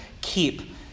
keep